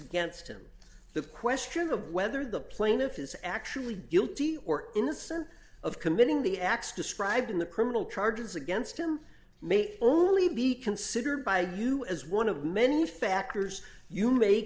against him the question of whether the plaintiff is actually guilty or innocent of committing the acts described in the criminal charges against him may only be considered by you as one of many factors you may